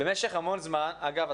במשך הרבה זמן אגב,